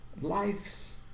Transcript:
life's